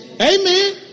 Amen